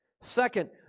Second